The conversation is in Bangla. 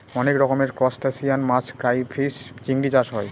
অনেক রকমের ত্রুসটাসিয়ান মাছ ক্রাইফিষ, চিংড়ি চাষ হয়